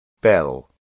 Bell